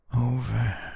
over